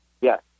Yes